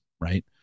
right